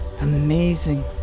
Amazing